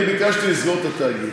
אני ביקשתי לסגור את התאגיד,